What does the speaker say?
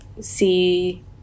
see